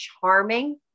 charming